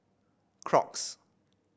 Crocs